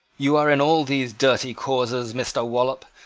you are in all these dirty causes, mr. wallop,